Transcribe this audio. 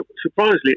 surprisingly